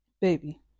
Baby